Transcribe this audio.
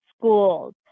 schools